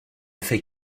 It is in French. fait